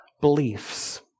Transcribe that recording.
beliefs